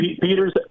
Peter's